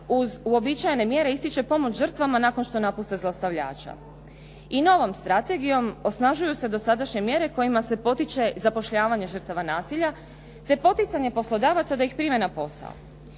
uz uobičajene mjere ističe pomoć žrtvama nakon što napuste zlostavljača. I novom strategijom osnažuju se dosadašnje mjere kojima se potiče zapošljavanje žrtava nasilja, te poticanje poslodavaca da ih prime na posao.